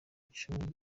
icumi